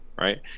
Right